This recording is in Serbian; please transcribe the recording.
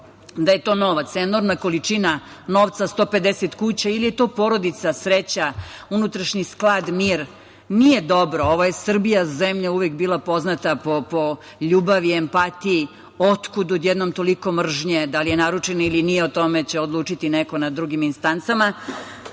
da je to novac, enormna količina novca, 150 kuća ili je to porodica, sreća, unutrašnji sklad, mir? Nije dobro. Ovo je Srbija, zemlja uvek poznata po ljubavi, empatiji. Otkud odjednom toliko mržnje? Da li je naručeno ili nije, o tome će odlučiti neko na drugim instancama. Ja